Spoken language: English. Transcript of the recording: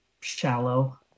shallow